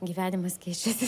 gyvenimas keičiasi